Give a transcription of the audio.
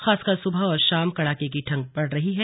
खासकर सुबह और शाम कड़ाके की ठंड पड़ रही है